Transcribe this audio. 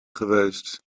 geweest